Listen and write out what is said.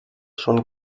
schon